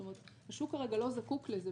זאת אומרת, השוק כרגע לא זקוק לזה.